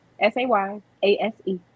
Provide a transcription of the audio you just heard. S-A-Y-A-S-E